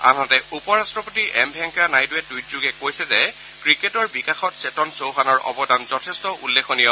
আনহাতে উপৰাট্টপতি এম ভেংকায়া নাইডুৰে টুইট যোগে কৈছে যে ক্ৰিকেটৰ বিকাশত চেতন চৌহানৰ অৱদান যথেষ্ট উল্লেখনীয়